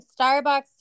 Starbucks